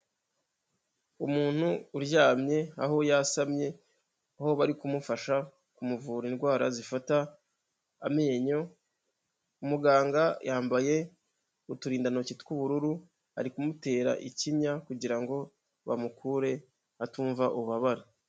Umuntu uryamye, aho yasamye aho bari kumufasha kumuvura indwara zifata amenyo. Muganga yambaye uturindantoki tw'ubururu, ari kumutera ikinya kugira ngo bamukure atumva ububabare.